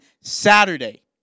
Saturday